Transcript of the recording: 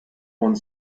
one